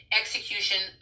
execution